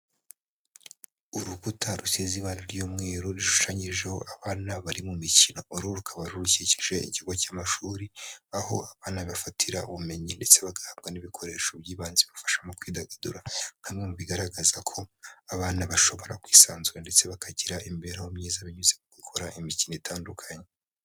Urukuta rusize ibara ry'umweru ruhushanyijeho abana bari mu mikino, uru rukaba ari urukikije ikigo cy'amashuri, aho abana bafatira ubumenyi ndetse bagahabwa n'ibikoresho by'ibanze bibafasha mu kwidagadura, nka bimwe mu bigaragaza ko abana bashobora kwisanzura ndetse bakagira imibereho myiza binyuze mu gukora imikino itandukanye.